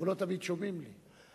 אבל לא תמיד שומעים לי.